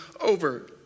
over